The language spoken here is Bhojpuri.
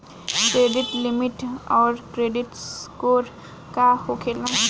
क्रेडिट लिमिट आउर क्रेडिट स्कोर का होखेला?